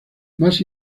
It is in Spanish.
más